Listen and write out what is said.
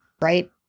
right